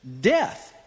death